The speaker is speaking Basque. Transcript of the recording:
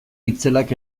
itzelak